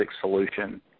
solution